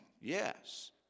Yes